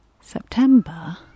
September